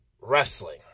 wrestling